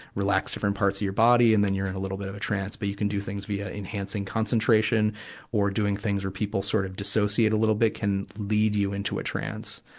relax different parts of your body and then you're in a little bit of a trance. but you can do things via enhancing concentration or doing things where people sort of dissociate a little bit, can lead you into a trance.